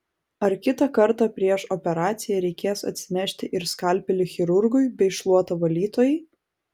ar kitą kartą prieš operaciją reikės atsinešti ir skalpelį chirurgui bei šluotą valytojai